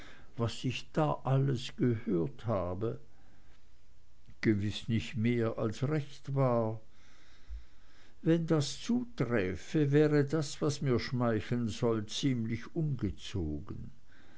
was ich da alles gehört habe gewiß nicht mehr als recht war wenn das zuträfe wäre das was mir schmeicheln soll ziemlich ungezogen